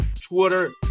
Twitter